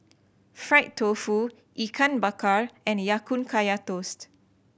fried tofu Ikan Bakar and Ya Kun Kaya Toast